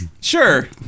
Sure